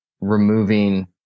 removing